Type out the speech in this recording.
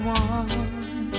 one